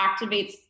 activates